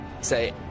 say